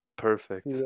perfect